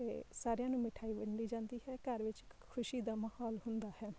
ਅਤੇ ਸਾਰਿਆਂ ਨੂੰ ਮਿਠਾਈ ਵੰਡੀ ਜਾਂਦੀ ਹੈ ਘਰ ਵਿੱਚ ਖ ਖੁਸ਼ੀ ਦਾ ਮਾਹੌਲ ਹੁੰਦਾ ਹੈ